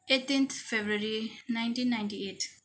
eighteenth February nineteen ninety at